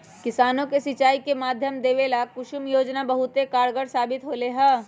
किसानों के सिंचाई के माध्यम देवे ला कुसुम योजना बहुत कारगार साबित होले है